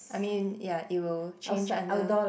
I mean yeah it will change under